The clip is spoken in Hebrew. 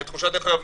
דרך אגב,